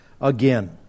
again